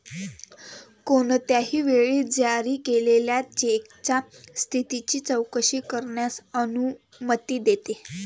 कोणत्याही वेळी जारी केलेल्या चेकच्या स्थितीची चौकशी करण्यास अनुमती देते